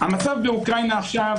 המצב באוקראינה עכשיו,